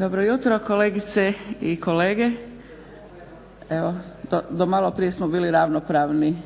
Dobro jutro kolegice i kolege. Evo do maloprije smo bili ravnopravni